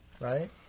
right